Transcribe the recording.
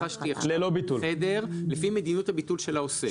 רכשתי חדר לפי מדיניות הביטול של העוסק.